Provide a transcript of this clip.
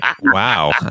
Wow